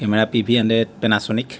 camera P V hundred Panasonic